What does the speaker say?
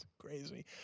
crazy